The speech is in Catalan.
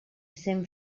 cent